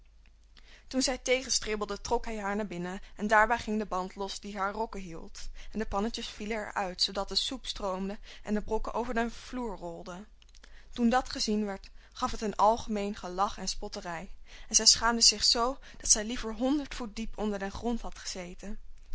toen zij tegenstribbelde trok hij haar naar binnen en daarbij ging de band los die haar rokken hield en de pannetjes vielen er uit zoodat de soep stroomde en de brokken over den vloer rolden toen dat gezien werd gaf het een algemeen gelach en spotterij en zij schaamde zich z dat zij liever honderd voet diep onder den grond had gezeten